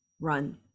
run